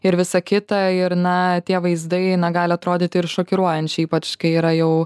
ir visa kita ir na tie vaizdai gali atrodyti ir šokiruojančiai ypač kai yra jau